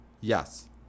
Yes